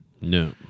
No